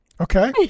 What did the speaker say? Okay